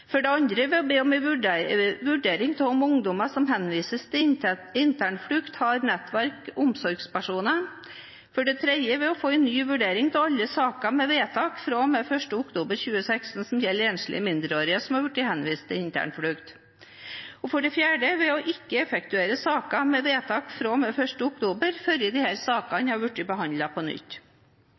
for det andre ved å be om en vurdering av om ungdom som henvises til internflukt, har nettverk eller omsorgspersoner for det tredje ved å få en ny vurdering av alle saker med vedtak fra og med 1. oktober 2016 som gjelder enslige mindreårige som er henvist til internflukt for det fjerde ved ikke å effektuere saker med vedtak fra og med 1. oktober 2016 før sakene er behandlet på nytt